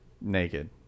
naked